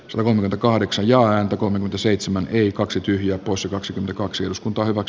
turun kahdeksan jolla hän kommentoi seitsemän yli kaksi tyhjää poissa kaksi kaksi eduskunta ovat